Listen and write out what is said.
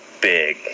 big